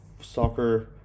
soccer